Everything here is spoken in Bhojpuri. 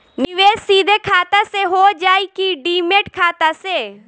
निवेश सीधे खाता से होजाई कि डिमेट खाता से?